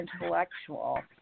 intellectual